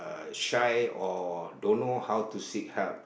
shy or don't know how to seek help